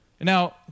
Now